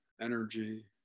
energy